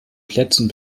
plätzen